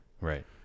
right